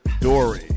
dory